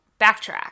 backtrack